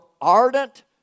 ardent